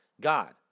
God